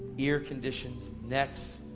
ear conditions, necks,